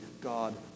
God